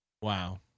wow